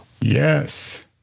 Yes